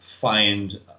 find